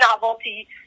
novelty